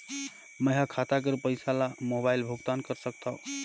मैं ह खाता कर पईसा ला मोबाइल भुगतान कर सकथव?